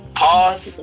pause